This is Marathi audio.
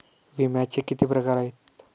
विम्याचे किती प्रकार आहेत?